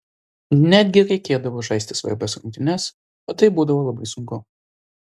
netgi reikėdavo žaisti svarbias rungtynes o tai būdavo labai sunku